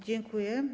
Dziękuję.